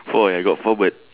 four I got four bird